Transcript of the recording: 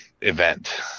event